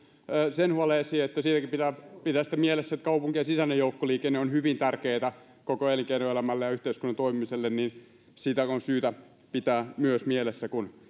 sen huolen esiin että siinäkin pitää pitää sitten mielessä se että kaupunkien sisäinen joukkoliikenne on hyvin tärkeätä koko elinkeinoelämälle ja yhteiskunnan toimimiselle sitä on syytä pitää myös mielessä kun